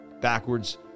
Backwards